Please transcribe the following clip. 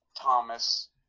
Thomas